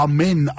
Amen